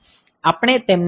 આપણે તેમની તપાસ કરીશું